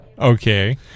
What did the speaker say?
Okay